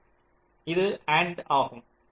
எனவே இது AND ஆகும்